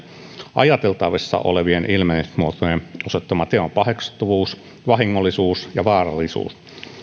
ajateltavissa olevien ilmenemismuotojen osoittama teon paheksuttavuus vahingollisuus ja vaarallisuus